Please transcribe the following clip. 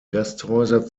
gasthäuser